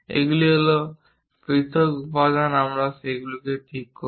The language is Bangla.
এগুলি হল পৃথক উপাদান আমরা সেগুলিকে ঠিক করি